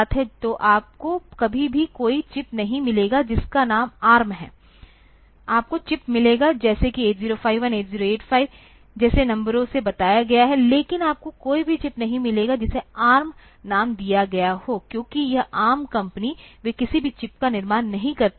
तो आपको कभी भी कोई चिप नहीं मिलेगी जिसका नाम ARM है आपको चिप्स मिलेगा जैसे कि 8051 8085 जैसे नंबरों से बताया गया है लेकिन आपको कोई भी चिप नहीं मिलेगी जिसे ARM नाम दिया गया हो क्योंकि यह ARM कंपनी वे किसी भी चिप का निर्माण नहीं करते हैं